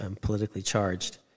politically-charged